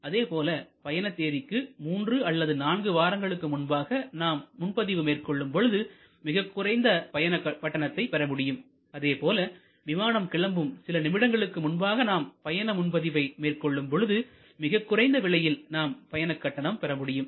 அதேபோல பயண தேதிக்கு மூன்று அல்லது நான்கு வாரங்களுக்கு முன்பாக நாம் முன்பதிவு மேற்கொள்ளும் பொழுது மிகக் குறைந்த பயண கட்டணத்தை பெற முடியும் அதேபோல விமானம் கிளம்பும் சில நிமிடங்களுக்கு முன்பாக நாம் பயண முன்பதிவை மேற்கொள்ளும் பொழுது மிக குறைந்த விலையில் நாம் பயணக்கட்டணம் பெறமுடியும்